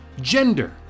gender